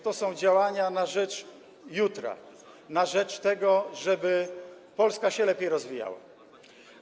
To są działania na rzecz jutra, na rzecz tego, żeby Polska się lepiej rozwijała.